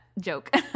joke